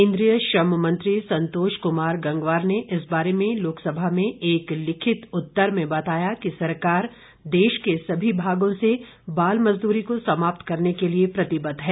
केन्द्रीय श्रम मंत्री संतोष कुमार गंगवार ने इस बारे में लोकसभा में एक लिखित उत्तर में बताया कि सरकार देश के सभी भागों से बाल मजदूरी को समाप्त करने के लिए प्रतिबद्ध है